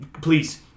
Please